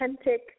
authentic